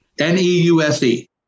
N-E-U-S-E